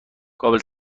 قابل